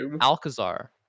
alcazar